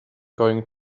going